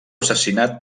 assassinat